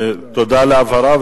תודה על ההבהרה.